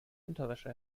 unterwäsche